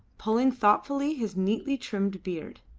pulling thoughtfully his neatly trimmed beard.